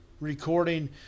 recording